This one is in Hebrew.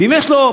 ואם יש לו,